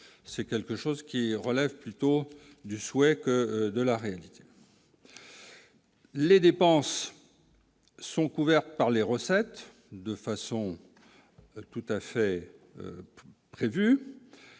c'est quelque chose qui relève plutôt du souhait que de la réalité. Les dépenses sont couvertes par les recettes de façon tout à fait prévu